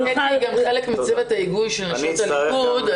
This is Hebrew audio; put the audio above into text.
--- אנחנו גם חלק מצוות ההיגוי של נשות הליכוד,